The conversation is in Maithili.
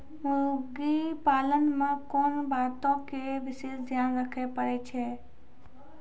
मुर्गी पालन मे कोंन बातो के विशेष ध्यान रखे पड़ै छै?